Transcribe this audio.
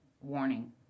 warning